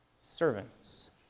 servants